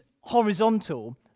horizontal